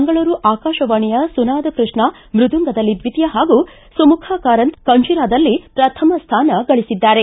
ಮಂಗಳೂರು ಆಕಾಶವಾಣಿಯ ಸುನಾದ ಕೃಷ್ಣ ಮೃದಂಗದಲ್ಲಿ ದ್ವಿತೀಯ ಹಾಗೂ ಸುಮುಖಾ ಕಾರಂತ ಖಂಜಿರಾದಲ್ಲಿ ಪ್ರಥಮ ಸ್ಥಾನ ಗಳಿಸಿದ್ದಾರೆ